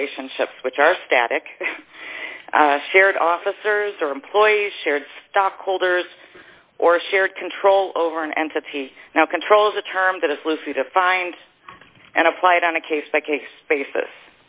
relationships which are static shared officers or employees shared stockholders or shared control over an entity now controls a term that is loosely defined and applied on a case by case basis